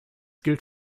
gilt